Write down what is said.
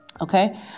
Okay